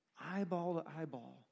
eyeball-to-eyeball